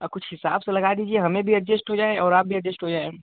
कुछ हिसाब से लगा दीजिये हमें भी एडजस्ट हो जाये और आप भी एडजस्ट हो जाये